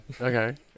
Okay